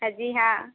हाँ जी हाँ